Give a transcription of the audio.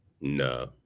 No